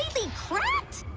be prepped